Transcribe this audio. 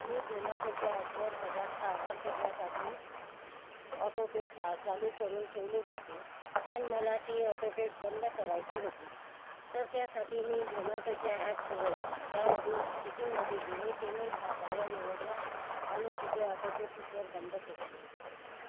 मी झोमॅटोच्या ॲपवर पदार्थ आर्डर करण्यासाठी ऑटोपे चा चालू करून ठेवले होते पण मला ती ऑटोपे बंद करायची होती तर त्यासाठी मी झोमॅटोच्या ॲप उघडला त्यामधील सिटिंगमध्ये गेले पेमेंट हा पर्याय निवडला आणि तिथे ऑटोपे फिचर बंद केला